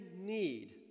need